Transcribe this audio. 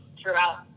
throughout